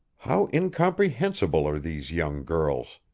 how incomprehensible are these young girls!